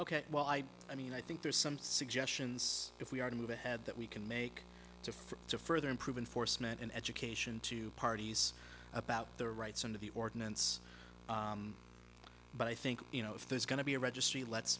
ok well i i mean i think there's some suggestions if we are to move ahead that we can make to to further improve enforcement and education to parties about their rights under the ordinance but i think you know if there's going to be a registry let's